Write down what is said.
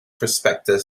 prospector